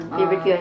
Favorite